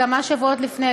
כמה שבועות לפני,